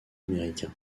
américain